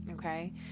okay